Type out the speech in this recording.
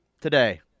Today